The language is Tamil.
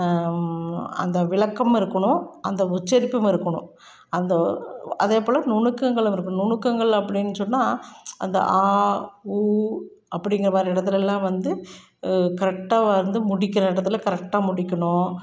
அந்த விளக்கம் இருக்கணும் அந்த உச்ச்சரிப்பும் இருக்கணும் அந்த அதே போல் நுணுக்கங்களும் இருக்கணும் நுணுக்கங்கள் அப்படினு சொன்னால் அந்த ஆ ஊ அப்படிங்குற மாதிரி இடத்துலலாம் வந்து கரெக்டாக வந்து முடிக்கிற இடத்துல கரெக்டாக முடிக்கணும்